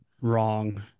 wrong